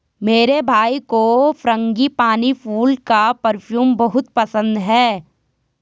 मेरे भाई को फ्रांगीपानी फूल का परफ्यूम बहुत पसंद है